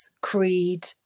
Creed